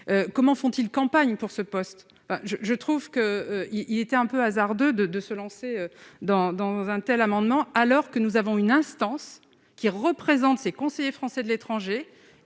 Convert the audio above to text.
comment font-ils campagne pour ce poste, je trouve que il était un peu hasardeux de se lancer dans dans un tels amendements alors que nous avons une instance qui représente ses conseillers français de l'étranger